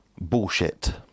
bullshit